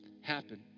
happen